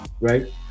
Right